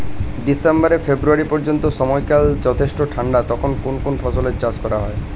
December February পর্যন্ত সময়কাল যথেষ্ট ঠান্ডা তখন কোন কোন ফসলের চাষ করা হয়?